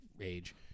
age